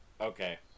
Okay